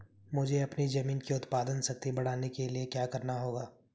मुझे अपनी ज़मीन की उत्पादन शक्ति बढ़ाने के लिए क्या करना होगा?